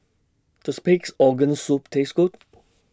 Does Pig'S Organ Soup Taste Good